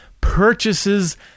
purchases